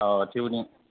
अह तिउनिं